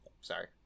Sorry